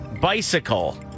bicycle